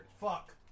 Fuck